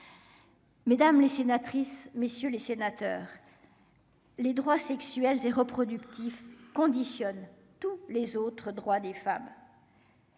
Mesdames les sénatrices, messieurs les sénateurs, les droits sexuels et reproductifs conditionne tous les autres droits des femmes